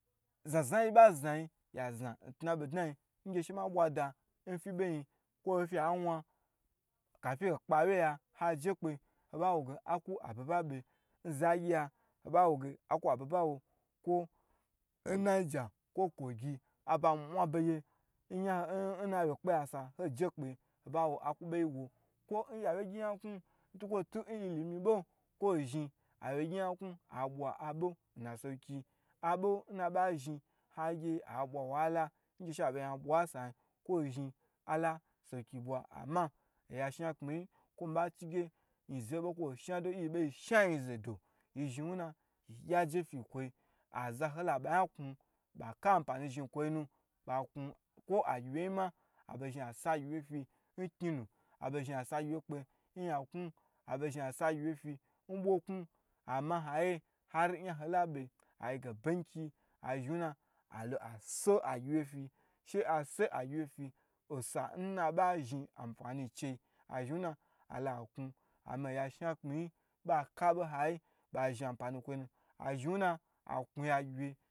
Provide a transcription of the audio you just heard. Zna zna ho ba zna n tna bo dna yi ngye she ma bwa da yin sanu fi wan kafin ho kpe awye ya ha je kpe ho wo ge aku wo n zagyiya hoba woge aku ababa wo kwo n kwogi abai mwa be gye n na awye kpeyasa ho je kpe ho ba ge haku beyiwo kwo nnawyegyi nyaknu kwo abo nnaba zhin nwahalayi ngye she abo zhin a bwa n ba yin kwo zhin ala sowoki bwa ama oya shnakpyi yi kwo mi ba chi ge yin zo be kwoyi shna do kwo yi shna yi zo do yi zhin wuna yi gyi aje fi n kwoyi azo ho lo labayan knu bai ka an pani zhin n kwo yi nu, nsa abo zhin a so agyiwye fi n kninu abozhin aso agyiwye fi n yanku kwo n boknu nhayiye yan ho labe ayige banki alo ai so agyiwyefi osanu na ba zhin anfani chei azhin wuna alo aknu oyi ashna kpyi yi bai kalo bai zhi ampani nkwoyi na ba knu agyi wye nkwoyi